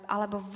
Alebo